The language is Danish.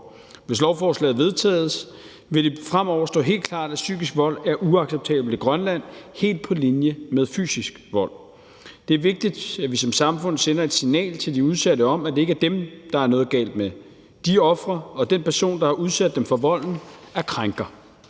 Hvis lovforslaget vedtages, vil det fremover stå helt klart, at psykisk vold er uacceptabelt i Grønland, helt på linje med fysisk vold. Det er vigtigt, at vi som samfund sender et signal til dem, der udsættes for det, om, at det ikke er dem, der er noget galt med. De er ofre, og den person, der har udsat dem for volden, er krænker.